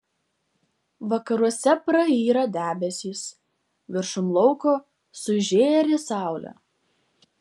vakaruose prayra debesys viršum lauko sužėri saulė